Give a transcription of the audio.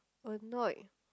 annoyed